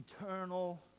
eternal